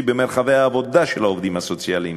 במרחבי העבודה של העובדים הסוציאליים,